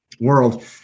world